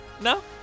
No